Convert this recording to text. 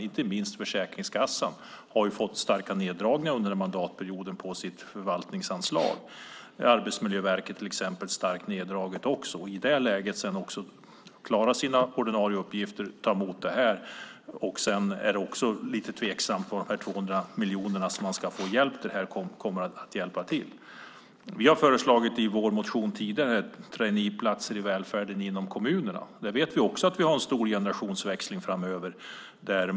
Inte minst Försäkringskassan har fått starka neddragningar under den här mandatperioden på sitt förvaltningsanslag. Arbetsmiljöverket har också fått starka neddragningar. I det läget ska man klara sina ordinarie uppgifter och dessutom ta emot det här. Sedan är det också lite tveksamt vad de här 200 miljonerna kommer att vara till för hjälp. Vi har i vår motion tidigare föreslagit traineeplatser i välfärden inom kommunerna. Där vet vi också att vi har en stor generationsväxling framöver.